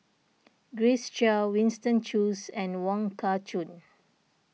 Grace Chia Winston Choos and Wong Kah Chun